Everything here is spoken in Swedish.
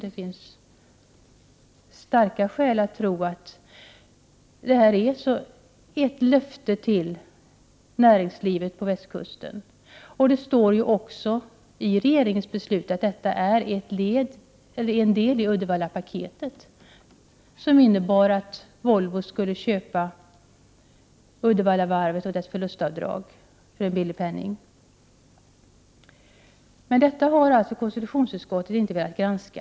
Det finns starka skäl att tro att detta motorvägsbygge är ett löfte till näringslivet på västkusten. I regeringsbeslutet står också att det är en del i Uddevallapaketet, som bl.a. innebär att Volvo skall köpa Uddevallavarvet och dess förlustavdrag för en billig penning. Detta har således konstitutionsutskottet inte velat granska.